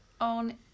On